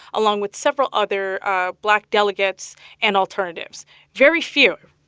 along with several other ah black delegates and alternatives very few,